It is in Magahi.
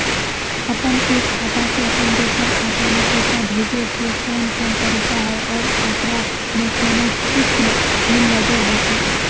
अपन एक खाता से अपन दोसर खाता में पैसा भेजे के कौन कौन तरीका है और ओकरा में कोनो शुक्ल भी लगो है की?